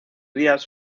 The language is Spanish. días